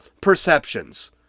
perceptions